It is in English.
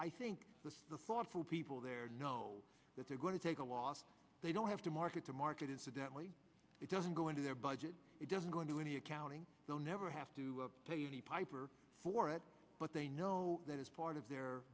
i think the thoughtful people there know that they're going to take a loss they don't have to market to market incidentally it doesn't go into their budget it doesn't go into any accounting they'll never have to pay the piper for it but they know that it's part of their